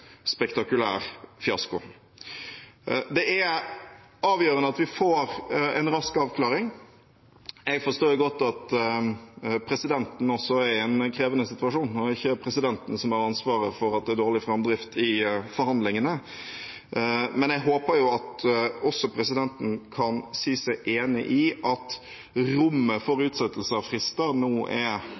spektakulær fiasko. Det er avgjørende at vi får en rask avklaring. Jeg forstår godt at også presidenten er i en krevende situasjon – nå er det jo ikke presidenten som har ansvaret for at det er dårlig framdrift i forhandlingene, men jeg håper jo at også presidenten kan si seg enig i at tiden for utsettelse av frister nå er